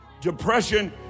Depression